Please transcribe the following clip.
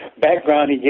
background